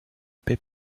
paix